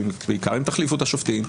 בעיקר אם תחליפו את השופטים,